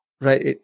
right